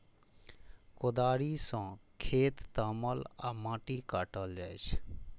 कोदाड़ि सं खेत तामल आ माटि काटल जाइ छै